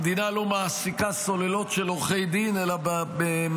המדינה לא מעסיקה סוללות של עורכי דין אלא מנהלת